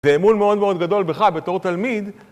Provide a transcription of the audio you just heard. ואמון מאוד מאוד גדול בך בתור תלמיד